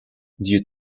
due